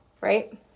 right